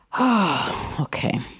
Okay